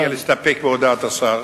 אני מציע להסתפק בהודעת השר.